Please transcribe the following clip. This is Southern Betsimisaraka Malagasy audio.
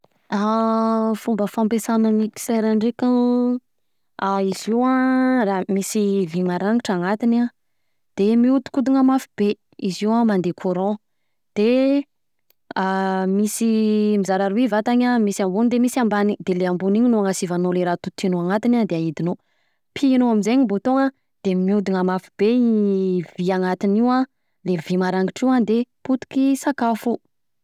An fomba fampiasana mixeur ndreka an, izy io an misy vy marangitra anatiny an: de mihidikodina mafy be izy io an, mandeha courant, de an misy mizara roy vatany de misy ambony de mis ambany de le ambony, de le ambony iny no anasivanao le raha totoinao de ahidinao, pihinao aminzegny bouton an, de mihodina mafy be i vy anatiny an, le vy marangitra io de potika i sakafo.